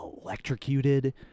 electrocuted